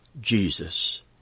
Jesus